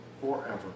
forever